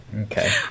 okay